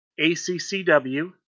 ACCW